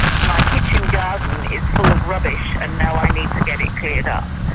my kitchen garden is full of rubbish and now i need to get it cleared up.